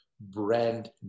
brand